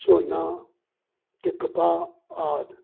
ਝੋਨਾ ਅਤੇ ਕਪਾਹ ਆਦਿ